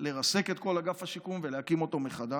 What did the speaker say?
לרסק את כל אגף השיקום ולהקים אותו מחדש.